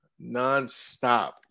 nonstop